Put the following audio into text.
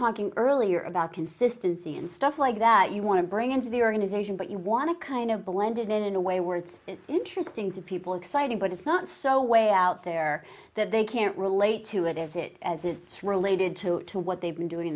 talking earlier about consistency and stuff like that you want to bring into the organization but you want to kind of blended in in a way where it's interesting to people excited but it's not so way out there that they can't relate to it as it as it's related to to what they've been doing